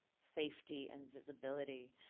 safety and visibility.